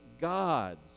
gods